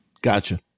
Gotcha